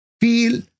Feel